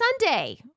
Sunday